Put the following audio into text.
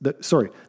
sorry